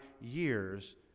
years